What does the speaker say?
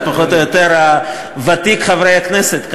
זה פחות או יותר ותיק חברי הכנסת,